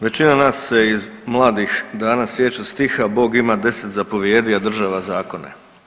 Većina nas se iz mladih dana sjeća stiha „Bog ima 10 zapovijedi, a država zakone“